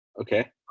okay